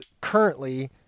currently